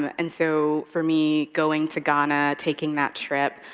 and so for me, going to ghana, taking that trip,